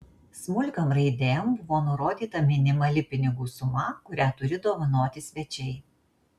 smulkiom raidėm buvo nurodyta minimali pinigų suma kurią turi dovanoti svečiai